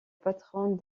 patronne